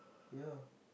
ya